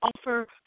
offer